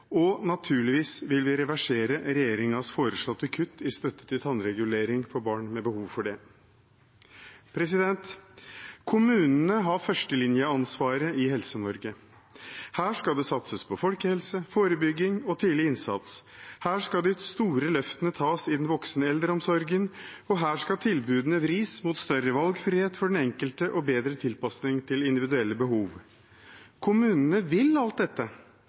og naturligvis vil vi reversere regjeringens foreslåtte kutt i støtte til tannregulering for barn med behov for det. Kommunene har førstelinjeansvaret i Helse-Norge. Her skal det satses på folkehelse, forebygging og tidlig innsats. Her skal de store løftene tas innen den voksende eldreomsorgen, og her skal tilbudene vris mot større valgfrihet for den enkelte og bedre tilpasning til individuelle behov. Kommunene vil alt dette,